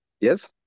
yes